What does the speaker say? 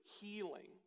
healing